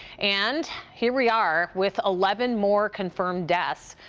and here we are with eleven more confirmed deaths.